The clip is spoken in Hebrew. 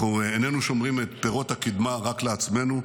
אנחנו איננו שומרים את פירות הקדמה רק לעצמנו,